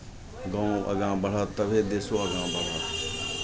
गाँव आगाँ बढ़त तबे देशो आगाँ बढ़त